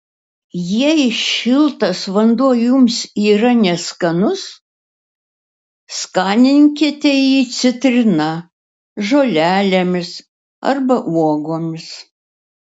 jei šiltas vanduo jums yra neskanus skaninkite jį citrina žolelėmis arba uogomis